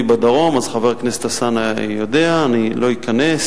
שהוא צדק, אם אני משחזר את ההיסטוריה נכון.